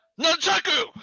Nunchaku